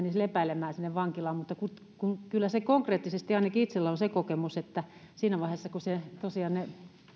lepäilemään sinne vankilaan kyllä konkreettisesti ainakin itsellä on se kokemus siinä vaiheessa kun tosiaan ne